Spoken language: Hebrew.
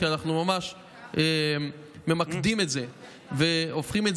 כי אנחנו ממש ממקדים את זה והופכים את